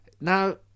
Now